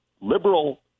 liberal